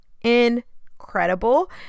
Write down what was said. incredible